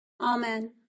Amen